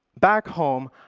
back home,